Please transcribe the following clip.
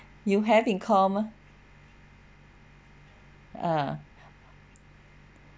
you have in common ah